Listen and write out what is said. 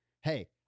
Hey